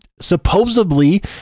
supposedly